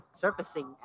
surfacing